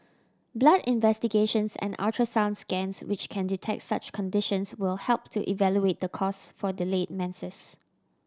blood investigations and ultrasound scans which can detect such conditions will help to evaluate the cause for delayed menses